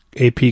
AP